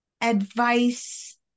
advice